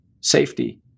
safety